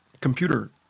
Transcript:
computer